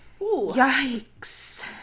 Yikes